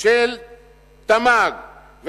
של תמ"ג,